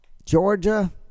georgia